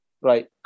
right